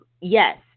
Yes